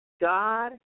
God